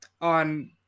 on